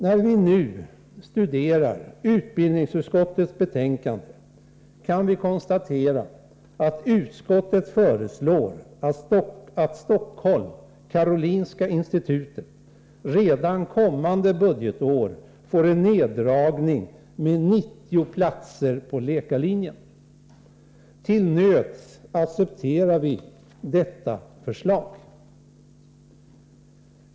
Då vi nu studerar utbildningsutskottets betänkande kan vi konstatera att utskottet föreslår att det vid Karolinska institutet i Stockholm skall bli en neddragning med 90 platser på läkarlinjen redan kommande budgetår. Till nöds kan vi acceptera detta förslag.